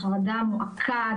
מועקה,